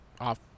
off